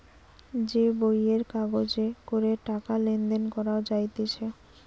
যে বইয়ের কাগজে করে টাকা লেনদেন করা যাইতেছে